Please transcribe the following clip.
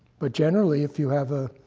but generally, if you have a